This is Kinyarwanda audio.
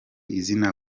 izina